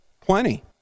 plenty